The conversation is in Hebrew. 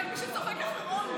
צוחק מי שצוחק אחרון,